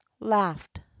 laughed